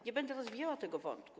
Nie będę rozwijała tego wątku.